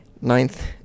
ninth